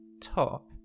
top